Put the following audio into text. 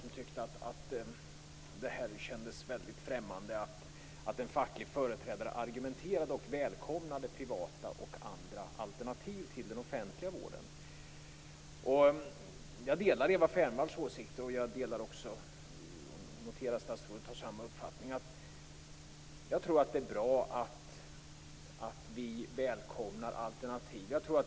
De tyckte att det kändes främmande att en facklig företrädare argumenterade för och välkomnade privata och andra alternativ till den offentliga vården. Jag delar Eva Fernvalls åsikter och jag noterar att statsrådet har samma uppfattning. Jag tror att det är bra att välkomna alternativ.